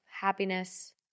happiness